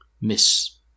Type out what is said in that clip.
Miss